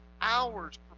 hours